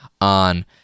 on